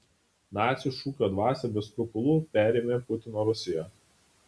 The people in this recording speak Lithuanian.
nacių šūkio dvasią be skrupulų perėmė putino rusija